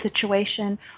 situation